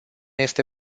este